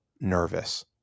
nervous